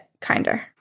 kinder